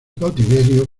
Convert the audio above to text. cautiverio